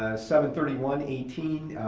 ah seven thirty one eighteen,